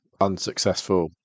unsuccessful